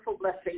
blessing